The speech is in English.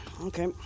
Okay